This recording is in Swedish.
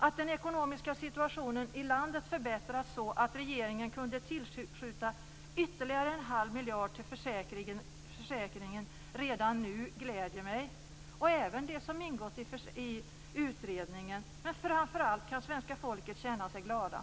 Att den ekonomiska situationen i landet förbättrats så att regeringen kunde tillskjuta ytterligare en halv miljard till försäkringen redan nu gläder mig, liksom det som ingått i utredningen. Men framför allt kan svenska folket känna glädje.